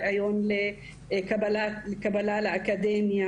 ראיון קבלה לאקדמיה,